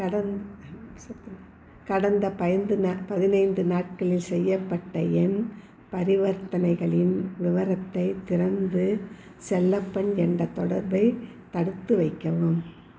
கடந் கடந்த பதிந்து நாட் பதினைந்து நாட்களில் செய்யப்பட்ட என் பரிவர்த்தனைகளின் விவரத்தைத் திறந்து செல்லப்பன் என்ற தொடர்பை தடுத்துவைக்கவும்